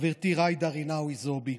חברתי ג'ידא רינאוי זועבי,